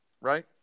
Right